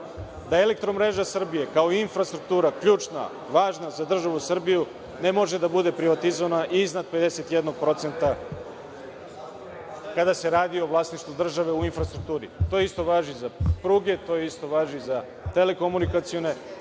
od operacija, da EMS kao infrastruktura ključna, važna za državu Srbiju, ne može da bude privatizovana iznad 51% kada se radi o vlasništvu države u infrastrukturi. To isto važi i za pruge i to važi i za telekomunikacione